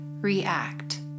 react